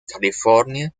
california